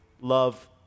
love